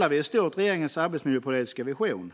ändå i stort regeringens arbetsmiljöpolitiska vision.